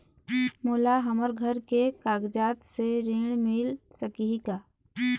मोला हमर घर के कागजात से ऋण मिल सकही का?